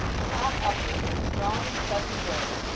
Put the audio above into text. shot upward with a strong and sudden glare,